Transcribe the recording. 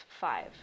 five